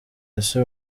ese